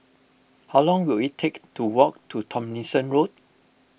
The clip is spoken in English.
how long will it take to walk to Tomlinson Road